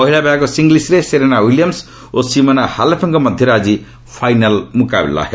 ମହିଳା ବିଭାଗ ସିଙ୍ଗଲ୍ସ୍ରେ ସେରେନା ୱିବଲିୟମ୍ସ୍ ଓ ସିମୋନା ହାଲେପ୍ଙ୍କ ମଧ୍ୟରେ ଆଜି ଫାଇନାଲ୍ ମୁକାବିଲା ହେବ